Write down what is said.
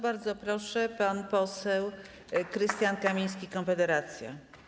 Bardzo proszę, pan poseł Krystian Kamiński, Konfederacja.